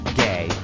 gay